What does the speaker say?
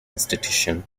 institution